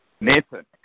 Nathan